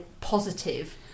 positive